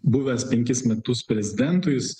buvęs penkis metus prezidentu jis